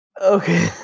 Okay